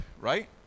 right